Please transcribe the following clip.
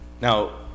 Now